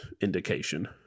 indication